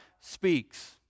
speaks